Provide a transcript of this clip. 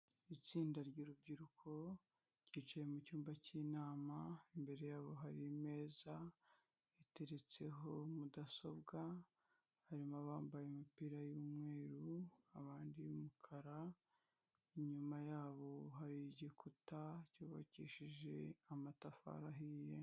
Itsinda ry'urubyiruko ryicaye mucyumba cy'inama, imbere yabo har'imeza iteretseho mudasobwa, harimo abambaye imipira y'umweru abandi iy'umukara, inyuma yabo hari igikuta, cyubakishije amatafari ahiye.